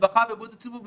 הרווחה ובריאות הציבור,